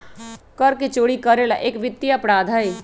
कर के चोरी करे ला एक वित्तीय अपराध हई